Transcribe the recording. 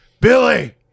Billy